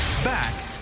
Back